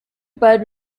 bud